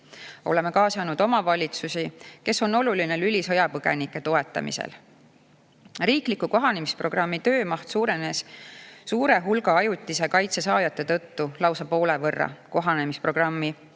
Oleme kaasanud omavalitsusi, kes on oluline lüli sõjapõgenike toetamisel. Riikliku kohanemisprogrammi töömaht suurenes suure hulga ajutise kaitse saajate tõttu lausa poole võrra. Kohanemisprogrammi